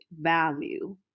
value